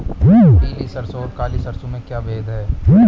पीली सरसों और काली सरसों में कोई भेद है?